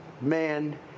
man